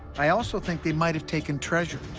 i also think they might have taken treasure,